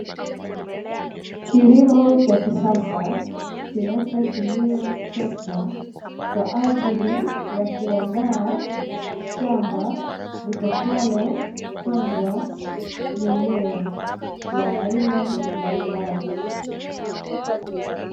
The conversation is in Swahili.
Kilimo cha kisasa, kinachotumia trekta kwa ajili ya kuandaa shamba, litakalopandwa mimea ya aina mbalimbali.